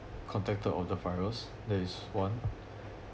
contacted of the virus that is one